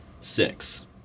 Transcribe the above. six